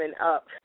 up